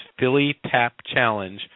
PhillyTapChallenge